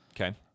Okay